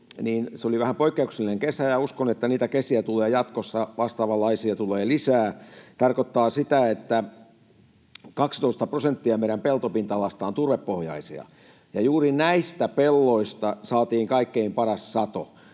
se oli vähän poikkeuksellinen kesä, ja uskon, että niitä vastaavanlaisia kesiä tulee jatkossa lisää. Se tarkoittaa sitä, että kun 12 prosenttia meidän peltopinta-alasta on turvepohjaisia, niin juuri näistä pelloista saatiin kaikkein paras sato.